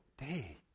day